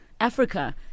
Africa